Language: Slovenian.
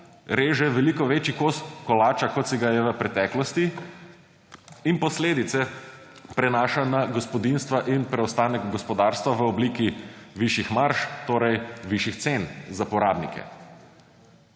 reže veliko večji kos kolača, kot si ga je v preteklosti; in posledice prenašanj na gospodinjstva in preostanek gospodarstva v obliki višjih marž, torej višjih cen za porabnike.